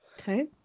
Okay